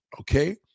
okay